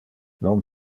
non